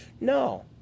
No